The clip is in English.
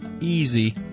easy